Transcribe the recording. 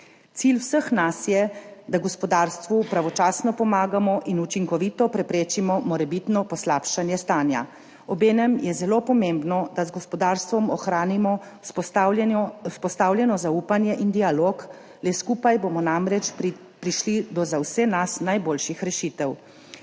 Cilj vseh nas je, da gospodarstvu pravočasno pomagamo in učinkovito preprečimo morebitno poslabšanje stanja. Obenem je zelo pomembno, da z gospodarstvom ohranimo vzpostavljeno zaupanje in dialog, le skupaj bomo namreč prišli do za vse nas najboljših rešitev.